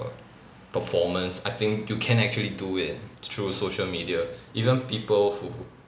performance I think you can actually do it through social media even people who